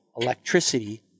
electricity